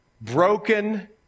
broken